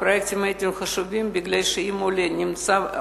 הפרויקטים חשובים ביותר, כי אם עולה